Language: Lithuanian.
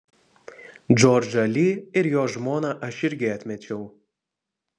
džordžą li ir jo žmoną aš irgi atmečiau